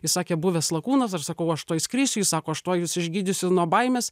jis sakė buvęs lakūnas aš sakau aš tuoj skrisiu jis sako aš tuoj jus išgydysiu nuo baimės